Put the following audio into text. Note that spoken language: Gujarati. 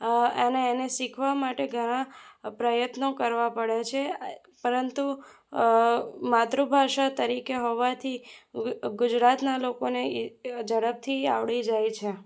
અને એને શીખવા માટે ઘણા પ્રયત્નો કરવા પડે છે પરંતુ માતૃભાષા તરીકે હોવાથી ગુજરાતના લોકોને ઝડપથી આવડી જાય છે